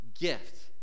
gift